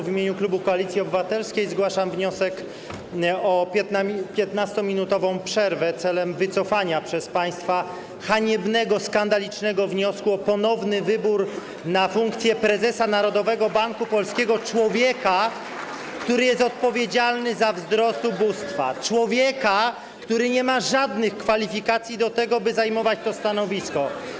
W imieniu klubu Koalicji Obywatelskiej zgłaszam wniosek o 15-minutową przerwę w celu wycofania przez państwa haniebnego, skandalicznego wniosku o ponowny wybór na stanowisko prezesa Narodowego Banku Polskiego człowieka, który jest odpowiedzialny za wzrost ubóstwa, człowieka, który nie ma żadnych kwalifikacji do tego, by zajmować to stanowisko.